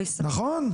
נכון.